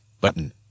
Button